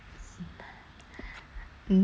nope I disagree